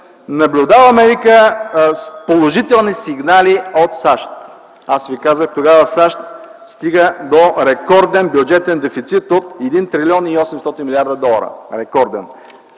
„Наблюдаваме положителни сигнали от САЩ.” Аз ви казах – тогава САЩ стига до рекорден бюджетен дефицит от 1 трилион 800 милиарда долара! Рекорден!